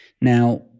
Now